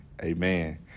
Amen